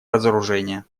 разоружение